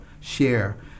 share